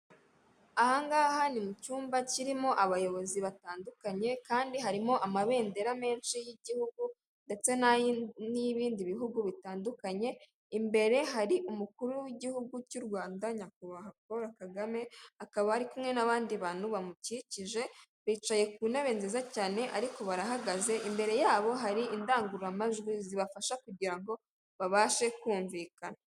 Ahangaha ni mu cyumba kirimo abayobozi batandukanye kandi harimo amabendera menshi y'igihugu ndetse n'ibindi bihugu bitandukanye imbere hari umukuru w'igihugu cy'u Rwanda nyakubahwa Paul kagame akaba ari kumwe n'abandi bantu bamukikije bicaye ku ntebe nziza cyane ariko barahagaze imbere yabo hari indangururamajwi zibafasha kugira ngo babashe kumvikana.